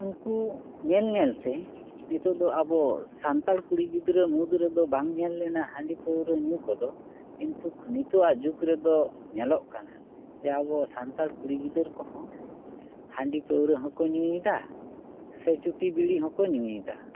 ᱩᱱᱠᱩ ᱧᱮᱞ ᱧᱮᱞᱛᱮ ᱱᱤᱛᱚᱜ ᱟᱵᱚ ᱥᱟᱱᱛᱟᱲ ᱠᱩᱲᱤ ᱜᱤᱫᱽᱨᱟᱹ ᱢᱩᱫᱽ ᱨᱮ ᱫᱚ ᱵᱟᱝ ᱧᱮᱞ ᱞᱮᱱᱟ ᱦᱟᱺᱰᱤ ᱯᱟᱹᱣᱨᱟᱹ ᱧᱩ ᱠᱚᱫᱚ ᱠᱤᱱᱛᱩ ᱱᱤᱛᱚᱜᱼᱟᱜ ᱡᱩᱜᱽ ᱨᱮᱫᱚ ᱧᱮᱞᱚᱜ ᱠᱟᱱᱟ ᱡᱮ ᱟᱵᱚ ᱥᱟᱱᱛᱟᱲ ᱠᱩᱲᱤ ᱜᱤᱫᱟᱹᱨ ᱠᱚᱦᱚᱸ ᱦᱟᱺᱰᱤ ᱯᱟᱹᱣᱨᱟ ᱦᱚᱠᱚ ᱧᱩᱭᱮᱫᱟ ᱥᱮ ᱪᱩᱴᱤ ᱵᱤᱲᱤ ᱦᱚᱠᱚ ᱧᱩᱭᱮᱫᱟ